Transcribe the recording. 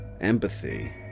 Empathy